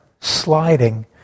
sliding